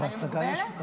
בהצגה יש לך.